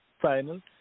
final